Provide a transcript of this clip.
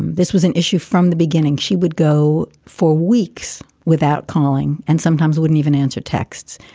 this was an issue from the beginning. she would go for weeks without calling and sometimes wouldn't even answer texts.